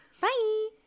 Bye